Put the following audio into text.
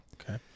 Okay